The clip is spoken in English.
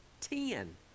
Ten